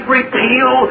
repeal